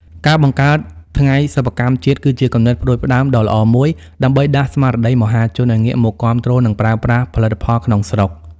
ការបង្កើត "ថ្ងៃសិប្បកម្មជាតិ" គឺជាគំនិតផ្ដួចផ្ដើមដ៏ល្អមួយ ដើម្បីដាស់ស្មារតីមហាជនឱ្យងាកមកគាំទ្រ និងប្រើប្រាស់ផលិតផលក្នុងស្រុក។